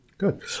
Good